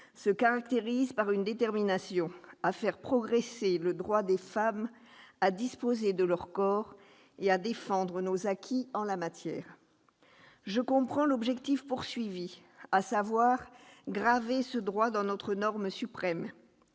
se caractérise par une détermination à faire progresser le droit des femmes à disposer de leur corps et à défendre nos acquis en la matière. Je comprends l'objectif poursuivi, à savoir graver ce droit dans notre norme suprême.